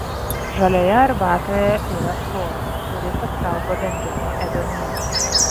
žalioje arbatoje yra fluoro kuris apsaugo dantis nuo ėduonies